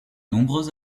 nombreux